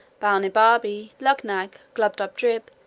balnibarbi, luggnagg, glubbdubdrib,